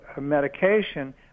medication